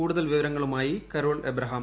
കൂടുതൽ വിവരങ്ങളുമായി കരോൾ അബ്രഹാം